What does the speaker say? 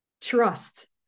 trust